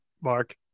Mark